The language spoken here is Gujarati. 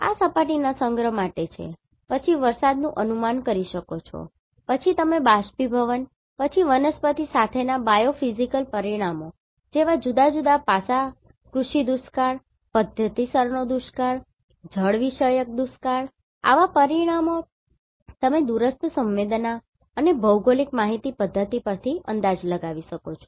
આ સપાટીના સંગ્રહ માટે છે પછી વરસાદ નું અનુમાન કરી શકો છો પછી તમે બાષ્પીભવન પછી વનસ્પતિ સાથેના બાયોફિઝિકલ પરિમાણો જેવા જુદા જુદા પાસા કૃષિ દુષ્કાળ પદ્ધતિસરનો દુષ્કાળ જળવિષયક દુષ્કાળ આવા પરિમાણો તમે દૂરસ્થ સંવેદના અને GIS ભૌગોલિક માહિતી પધ્ધતિપરથી અંદાજ લગાવી શકો છો